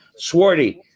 Swarty